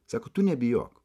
sako tu nebijok